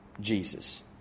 Jesus